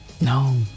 No